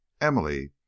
Emily